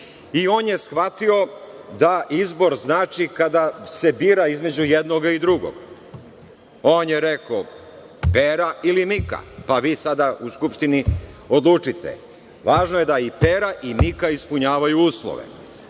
i on je shvatio da izbor znači kada se bira između jednog i drugog. On je rekao Pera ili Mika, pa vi sada u Skupštini odlučite. Važno je da i Pera i Mika ispunjavaju uslove.